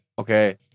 okay